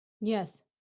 Yes